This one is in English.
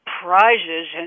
prizes